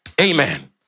amen